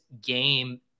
game